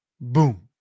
Boom